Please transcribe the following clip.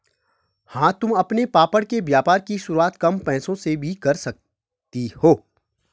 हाँ तुम अपने पापड़ के व्यापार की शुरुआत कम पैसों से भी कर सकती हो